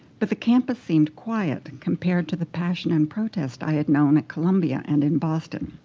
but the campus seemed quiet compared to the passion and protest i had known at columbia and in boston.